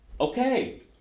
Okay